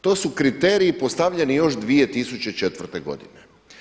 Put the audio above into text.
To su kriteriji postavljeni još 2004. godine.